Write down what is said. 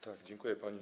Tak, dziękuję pani.